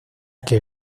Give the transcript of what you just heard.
que